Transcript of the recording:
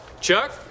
Chuck